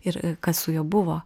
ir kas su juo buvo